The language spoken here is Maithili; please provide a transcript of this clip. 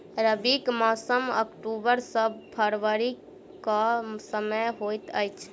रबीक मौसम अक्टूबर सँ फरबरी क समय होइत अछि